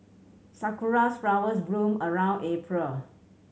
sakura flowers bloom around April